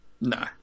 No